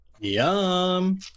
Yum